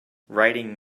writing